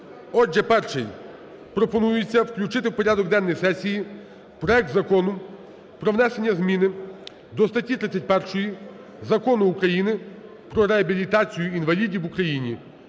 Отже, перший. Пропонується включити в порядок денний сесії проект Закону про внесення зміни до статті 31 Закону України "Про реабілітацію інвалідів в Україні"